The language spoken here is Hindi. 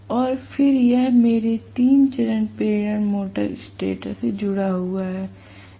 और फिर यह मेरे तीन चरण प्रेरण मोटर्स स्टेटर से जुड़ा हुआ है